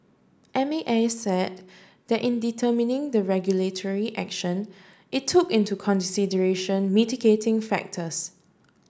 M A S said that in determining the regulatory action it took into consideration mitigating factors